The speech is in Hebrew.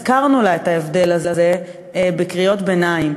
והזכרנו לה את ההבדל הזה בקריאות ביניים,